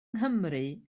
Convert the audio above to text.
nghymru